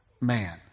man